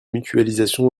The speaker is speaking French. mutualisation